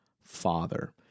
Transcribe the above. father